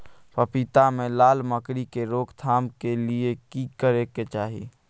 पपीता मे लाल मकरी के रोक थाम के लिये की करै के चाही?